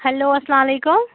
hello اَسلام علیکُم